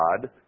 God